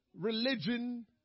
religion